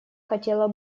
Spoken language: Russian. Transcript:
хотела